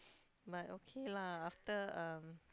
but okay lah after um